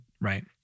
Right